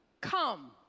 come